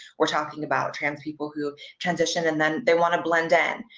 we're talking about trans people who transition and then they want to blend in.